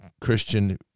Christian